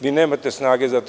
Vi nemate snage za to.